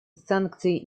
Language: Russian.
санкции